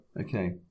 Okay